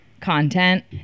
content